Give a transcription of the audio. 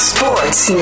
Sports